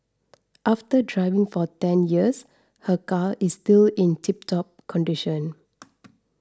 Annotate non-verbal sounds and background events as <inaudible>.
after driving for ten years her car is still in tiptop condition <noise>